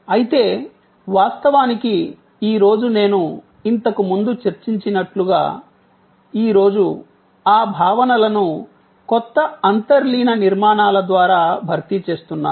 అయితే వాస్తవానికి ఈ రోజు నేను ఇంతకుముందు చర్చించినట్లుగా ఈ రోజు ఆ భావనలను కొత్త అంతర్లీన నిర్మాణాల ద్వారా భర్తీ చేస్తున్నారు